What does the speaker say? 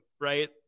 right